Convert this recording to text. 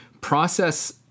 process